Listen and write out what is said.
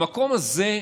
המקום הזה,